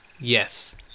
Yes